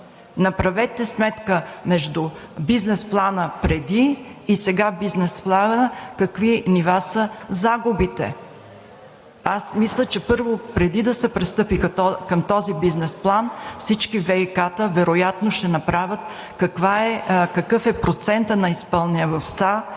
Направете сметка между бизнес плана преди и сега в бизнес плана какви нива са загубите. Аз мисля, първо, че преди да се пристъпи към този бизнес план, всички ВиК-а вероятно ще направят какъв е процентът на изпълняемостта